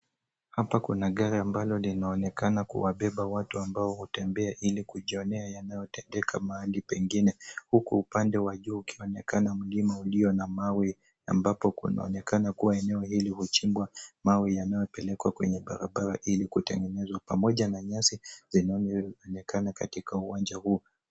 Hapa kuna gari ambalo linaonekana kuwabeba watu ambao hutembea ili kujionea yanayotendeka mahali pengine huku upande wa juu ukionekana mlima ulio na mawe ambapo kunaonekana kuwa eneo hili huchimbwa mawe yanayopelekwa kwenye barabara ili kutengenezwa pamoja na nyasi zinazoonekana katika uwanja huu.